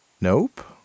Nope